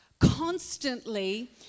constantly